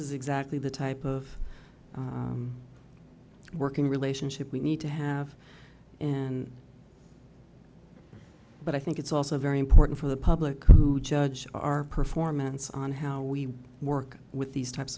is exactly the type of working relationship we need to have an but i think it's also very important for the public judge our performance on how we work with these types